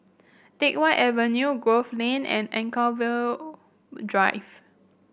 Teck Whye Avenue Grove Lane and Anchorvale Drive